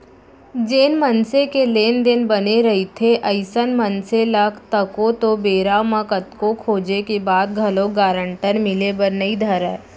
जेन मनसे के लेन देन बने रहिथे अइसन मनसे ल तको तो बेरा म कतको खोजें के बाद घलोक गारंटर मिले बर नइ धरय